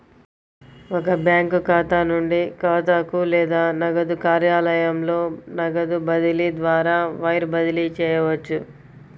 ఒక బ్యాంకు ఖాతా నుండి ఖాతాకు లేదా నగదు కార్యాలయంలో నగదు బదిలీ ద్వారా వైర్ బదిలీ చేయవచ్చు